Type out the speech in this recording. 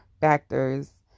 factors